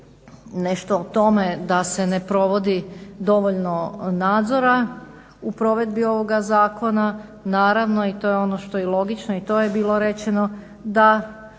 nešto o tome da se ne provodi dovoljno nadzora u provedbi ovoga zakona. Naravno i to je ono što je logično i to je bilo rečeno da